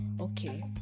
okay